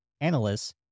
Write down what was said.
analysts